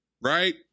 right